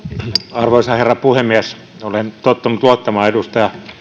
arvoisa herra puhemies olen tottunut luottamaan edustaja